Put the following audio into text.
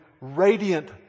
radiant